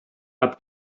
hat